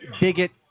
bigot